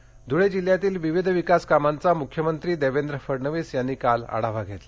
मख्यमंत्री धळे दौरा ध्रळे जिल्ह्यातील विविध विकास कामांचा मुख्यमंत्री देवेंद्र फडणवीस यांनी काल आढावा घेतला